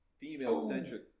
female-centric